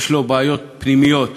יש לו בעיות פנימיות,